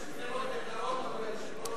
יש בחירות בקרוב, אדוני היושב-ראש?